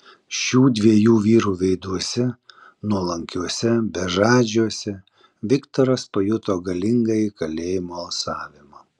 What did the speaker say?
šių dviejų vyrų veiduose nuolankiuose bežadžiuose viktoras pajuto galingąjį kalėjimo alsavimą